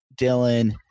Dylan